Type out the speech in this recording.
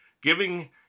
Giving